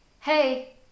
Hey